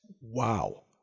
wow